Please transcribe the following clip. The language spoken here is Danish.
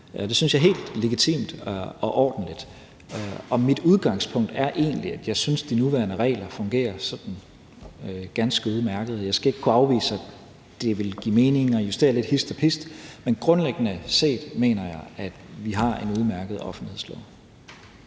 Det synes jeg er helt legitimt og ordentligt. Og mit udgangspunkt er egentlig, at jeg synes, at de nuværende regler fungerer sådan ganske udmærket. Jeg skal ikke kunne afvise, at det ville give mening at justere lidt hist og pist, men grundlæggende mener jeg, at vi har en udmærket offentlighedslov.